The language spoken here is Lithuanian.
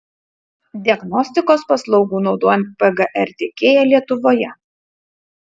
diagnostikos paslaugų naudojant pgr tiekėja lietuvoje